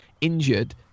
injured